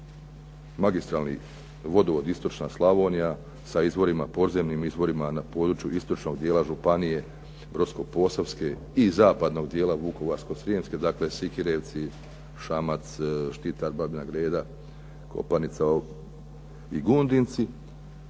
magistralni vodovod "Istočna Slavonija" sa izvorima, podzemnim izvorima na području istočnog dijela županije Brodsko-posavske i zapadnog dijela Vukovarsko-srijemske, dakle Sikirevci, Šamac, Štitar, Babina Greda, Kopanica i Gundinci,